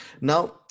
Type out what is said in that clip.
Now